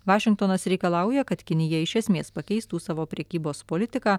vašingtonas reikalauja kad kinija iš esmės pakeistų savo prekybos politiką